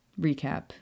recap